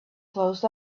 closed